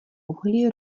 uhlí